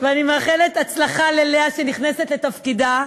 אני מאחלת הצלחה ללאה שנכנסת לתפקידה.